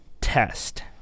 test